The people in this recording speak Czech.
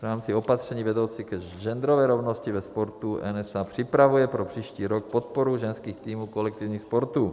V rámci opatření vedoucí k genderové rovnosti ve sportu NSA připravuje pro příští rok podporu ženských týmů kolektivních sportů.